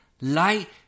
light